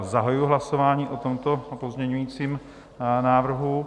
Zahajuji hlasování o tomto pozměňovacím návrhu.